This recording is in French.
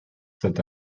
cet